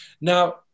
Now